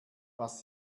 was